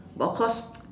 but of course